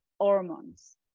hormones